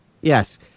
Yes